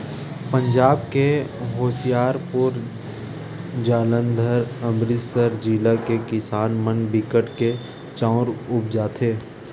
पंजाब के होसियारपुर, जालंधर, अमरितसर जिला के किसान मन बिकट के चाँउर उपजाथें